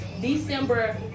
december